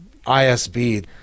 ISB